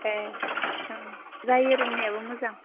ए जायो रुमनियाबो मोजां